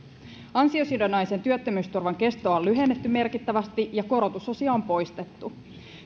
ansiosidonnaisen työttömyysturvan kestoa on lyhennetty merkittävästi ja korotusosia on poistettu